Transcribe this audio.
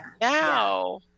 Now